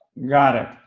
got it,